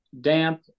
damp